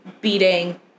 beating